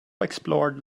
explored